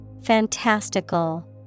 Fantastical